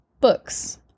books